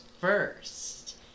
first